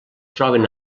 troben